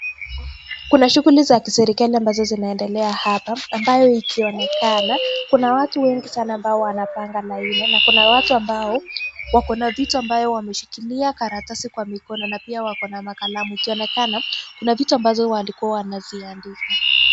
Kuna shughuli za kiserikali ambazo zinaendelea hapa ambayo ikionekana. Kuna watu wengi sana ambao wanapanga laini na kuna watu ambao wakona vitu ambayo wameshikilia karatasi kwa mikono na pia wakona makalamu ikionekana kuna vitu, ambazo walikua wanaziandika.